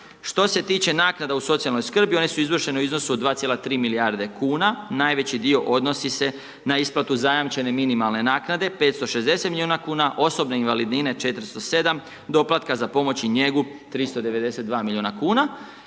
Što se tiče naknada u socijalnoj skrbi one su izvršene u iznosu 2,3 milijarde kuna najveći dio odnosi se na isplatu zajamčene minimalne naknade 560 miliona kuna, osobne invalidnine 407, doplatka za pomoć i njegu 392 miliona kuna